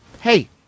Hey